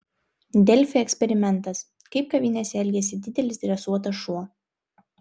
delfi eksperimentas kaip kavinėse elgiasi didelis dresuotas šuo